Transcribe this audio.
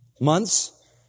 months